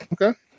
Okay